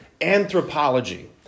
anthropology